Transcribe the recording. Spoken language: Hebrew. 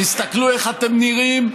תסתכלו איך אתם נראים,